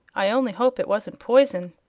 i only hope it wasn't poison.